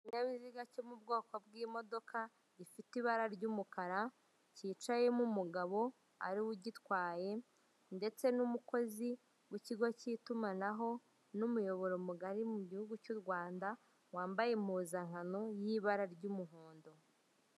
Ikinyabiziga cyo mu bwoko bw'imodoka, gifite ibara ry'umukara cyicayemo umugabo, ari we ugitwaye; ndetse n'umukozi w'ikigo cy'itumanaho n'umuyoboro mugari mu gihugu cy'u Rwanda, wambaye impuzankano y'ibara ry'umuhondo.